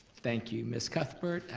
thank you ms. cuthbert,